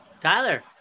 Tyler